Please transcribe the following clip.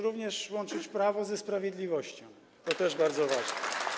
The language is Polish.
Również łączyć prawo ze sprawiedliwością - to też bardzo ważne.